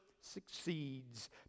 succeeds